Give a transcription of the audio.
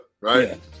right